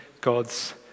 God's